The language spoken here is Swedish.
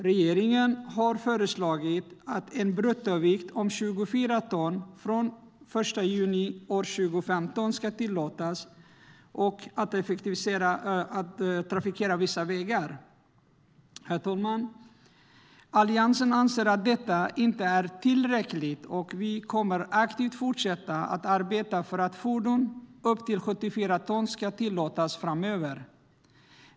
Regeringen har föreslagit att en bruttovikt om 64 ton ska tillåtas trafikera vissa vägar från den 1 juni 2015. Alliansen anser att detta inte är tillräckligt, herr talman. Vi kommer aktivt att fortsätta arbeta för att fordon upp till 74 ton ska tillåtas framöver.